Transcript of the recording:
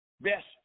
best